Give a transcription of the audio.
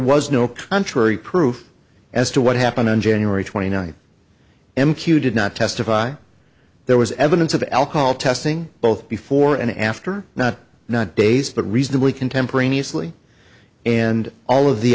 was no contrary proof as to what happened on january twenty ninth m q did not testify there was evidence of alcohol testing both before and after not not days but reasonably contemporaneously and all of the